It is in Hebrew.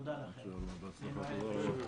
שיהיה לנו בהצלחה, תודה רבה.